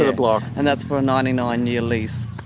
ah block. and that's for a ninety nine year lease.